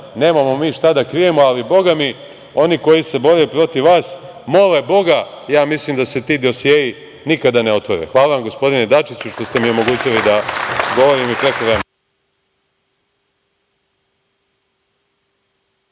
Nemamo mi šta da krijemo, ali oni koji se bore protiv vas mole boga, ja mislim, da se ti dosijei nikada ne otvore. Hvala vam, gospodine Dačiću, što ste mi omogućili da govorim i preko vremena.